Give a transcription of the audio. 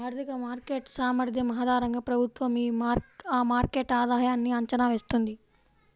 ఆర్థిక మార్కెట్ సామర్థ్యం ఆధారంగా ప్రభుత్వం ఆ మార్కెట్ ఆధాయన్ని అంచనా వేస్తుంది